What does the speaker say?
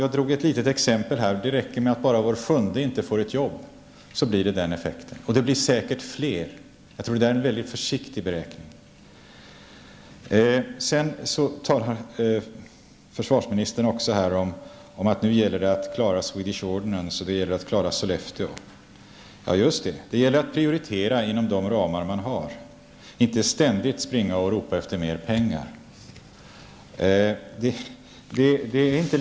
Jag drog ett litet exempel, om att det räcker med att bara var sjunde inte får ett jobb för att det skall få den effekten. Jag tror att det är en försiktig beräkning och att det blir fler. Försvarsministern sade också att det nu gäller att klara Swedish Ordnance och att klara Sollefteå. Ja, just det; det gäller att prioritera inom de ramar man har, inte ständigt springa och ropa efter mer pengar.